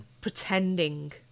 pretending